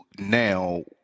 now